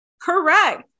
Correct